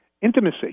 Intimacy